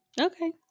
Okay